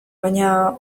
baina